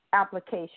application